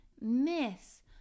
Miss